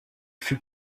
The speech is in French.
fut